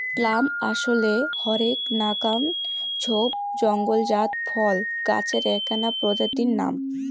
plum আশলে হরেক নাকান ঝোপ জঙলজাত ফল গছের এ্যাকনা প্রজাতির নাম